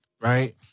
Right